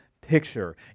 picture